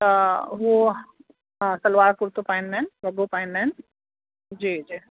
त हू हा सलवार कुर्तो पाईंदा आहिनि वॻो पाईंदा आहिनि जी जी